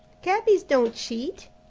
cabbies don't cheat.